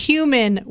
Human